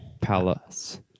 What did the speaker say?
Palace